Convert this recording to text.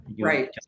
Right